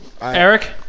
Eric